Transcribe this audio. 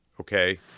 okay